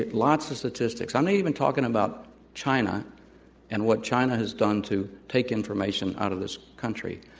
lots of statistics. i'm not even talking about china and what china has done to take information out of this country.